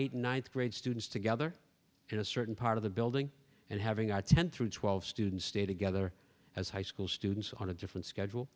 eight ninth grade students together in a certain part of the building and having our ten through twelve students stay together as high school students on a different schedule